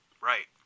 Right